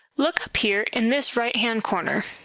look up here in this right-hand corner.